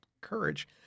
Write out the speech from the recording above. courage